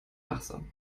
wachsam